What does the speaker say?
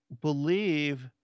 believe